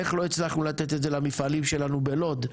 איך לא הצלחנו לתת את זה למפעלים שלנו בלוד?